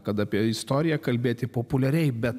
kad apie istoriją kalbėti populiariai bet